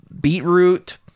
beetroot